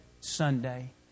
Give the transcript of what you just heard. Sunday